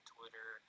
Twitter